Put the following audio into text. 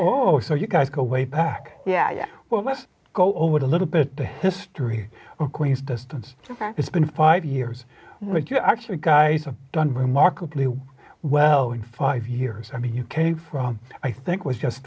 oh so you guys go way back yeah yeah well let's go over the little bit history queens distance ok it's been five years actually guy i've done remarkably well in five years i mean you came from i think was just